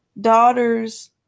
daughters